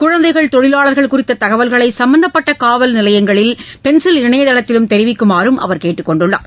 குழந்தைகள் தொழிலாளர்கள் குறித்த தகவல்களை சும்மந்தப்பட்ட காவல் நிலையங்களில் பென்சில் இணையதளத்தில் தெரிவிக்குமாறும் அவர் கேட்டுக்கொண்டுள்ளார்